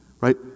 Right